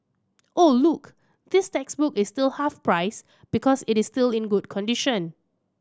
oh look this textbook is still half price because it is still in good condition